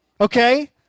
Okay